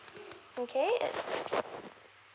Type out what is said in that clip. okay